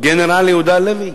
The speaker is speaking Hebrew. גנרל יהודה לוי.